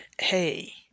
hey